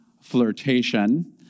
flirtation